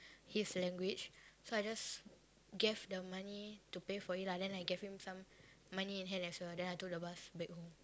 his language so I just gave the money to pay for it lah then I gave him some money in hand as well then I took the bus back home